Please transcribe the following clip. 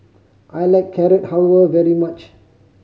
I like Carrot Halwa very much